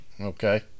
Okay